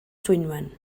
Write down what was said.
dwynwen